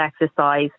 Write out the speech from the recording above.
exercise